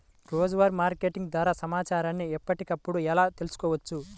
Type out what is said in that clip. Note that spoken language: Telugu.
రోజువారీ మార్కెట్ ధర సమాచారాన్ని ఎప్పటికప్పుడు ఎలా తెలుసుకోవచ్చు?